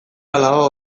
alaba